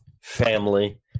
family